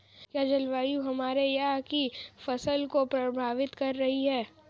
क्या जलवायु हमारे यहाँ की फसल को प्रभावित कर रही है?